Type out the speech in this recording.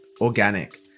organic